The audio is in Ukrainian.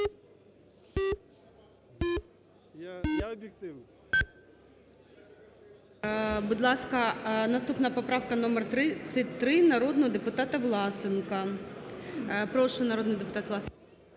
За-113 Будь ласка, наступна поправка номер 33 народного депутата Власенка. Прошу, народний депутат Власенко.